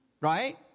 Right